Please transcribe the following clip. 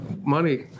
money